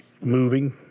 moving